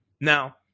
Now